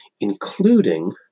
including